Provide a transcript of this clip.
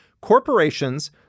corporations